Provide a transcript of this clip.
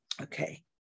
Okay